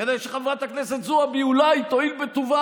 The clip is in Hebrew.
כדי שחברת הכנסת זועבי אולי תואיל בטובה